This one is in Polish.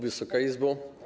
Wysoka Izbo!